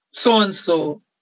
so-and-so